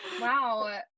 Wow